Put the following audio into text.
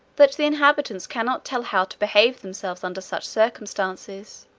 that the inhabitants cannot tell how to behave themselves under such circumstances.